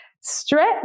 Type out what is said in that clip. Stretch